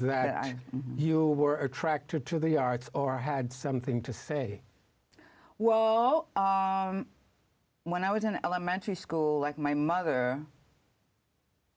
that i you were attracted to the arts or i had something to say well when i was in elementary school like my mother